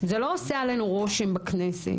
זה לא עושה עלינו רושם בכנסת.